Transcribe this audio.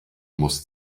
muss